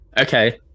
Okay